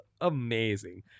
amazing